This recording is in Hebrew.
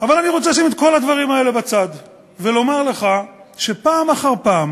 אבל אני רוצה לשים את כל הדברים האלה בצד ולומר לך שפעם אחר פעם